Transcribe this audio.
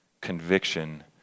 conviction